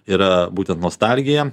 yra būtent nostalgija